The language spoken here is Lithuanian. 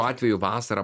atveju vasarą